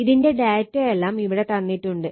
ഇതിന്റെ ഡാറ്റ എല്ലാം ഇവിടെ തന്നിട്ടുണ്ട്